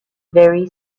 very